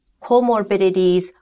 comorbidities